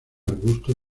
arbusto